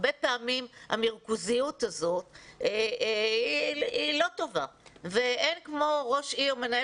הרבה פעמים המירכוזיות הזאת היא לא טובה ואין כמו ראש עיר ומנהל